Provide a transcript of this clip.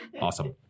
Awesome